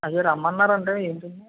అదే రమ్మన్నారు అంట ఏంటి